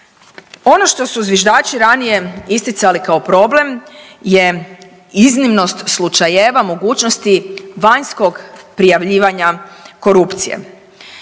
Ono što su zviždači ranije isticali kao problem je iznimnost slučajeva mogućnosti vanjskog prijavljivanja korupcije.